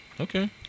Okay